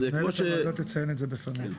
מנהלת הוועדה תציין את זה בפניה.